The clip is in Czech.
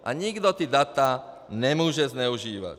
A nikdo ta data nemůže zneužívat.